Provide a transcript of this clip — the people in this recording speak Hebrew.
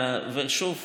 השאלה מתי.